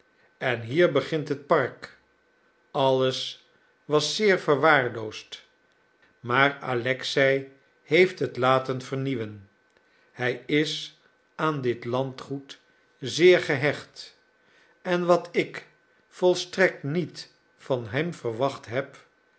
en hier begint het park alles was zeer verwaarloosd maar alexei hoeft het laten vernieuwen hij is aan dit landgoed zeer gehecht en wat ik volstrekt niet van hem verwacht heb